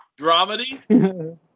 Dramedy